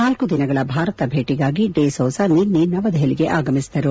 ನಾಲ್ಕು ದಿನಗಳ ಭಾರತ ಭೇಟಗಾಗಿ ಡೆ ಸೌಸ ನಿನ್ನೆ ನವದೆಹಲಿಗೆ ಆಗಮಿಸಿದರು